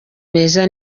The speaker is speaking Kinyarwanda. meza